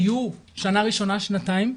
היו שנה ראשונה שנתיים.